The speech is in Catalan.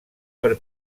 per